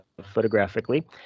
photographically